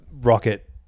Rocket